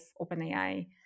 OpenAI